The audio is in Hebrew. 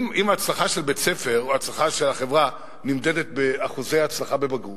אם ההצלחה של בית-ספר או ההצלחה של החברה נמדדת באחוזי הצלחה בבגרות,